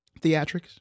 Theatrics